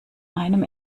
einem